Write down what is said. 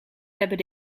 hebben